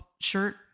shirt